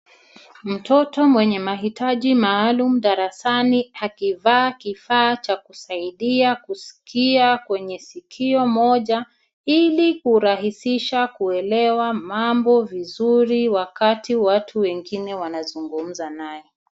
Mtoto mwenye mahitaji maalum darasani akivaa kifaa cha kusaidia kusikia kwenye sikio moja ili kurahihisha kuelewa mambo vizuri wakati watu wengine wanazungumza naye.